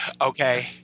Okay